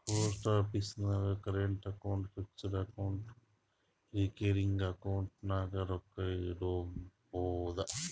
post office ನಾಗ್ current account, fixed account, recurring account ನಾಗ್ ರೊಕ್ಕಾ ಇಡ್ಬೋದ್